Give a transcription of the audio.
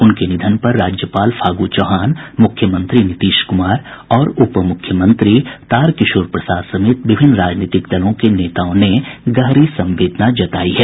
उनके निधन पर राज्यपाल फागु चौहान मुख्यमंत्री नीतीश कुमार और उपमुख्यमंत्री तारकिशोर प्रसाद समेत विभिन्न राजनीतिक दलों के नेताओं ने गहरी संवेदना जतायी है